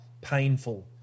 painful